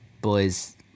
boys